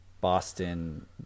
Boston